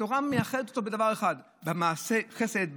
התורה מייחדת אותו בדבר אחד: במעשה חסד,